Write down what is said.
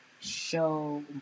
show